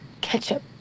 ketchup